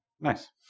Nice